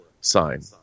sign